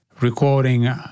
recording